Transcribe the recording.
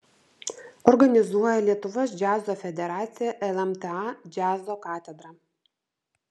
organizuoja lietuvos džiazo federacija lmta džiazo katedra